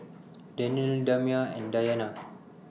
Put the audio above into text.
Danial Damia and Dayana